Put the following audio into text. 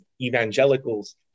evangelicals